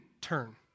turn